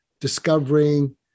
discovering